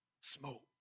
smoke